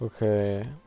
Okay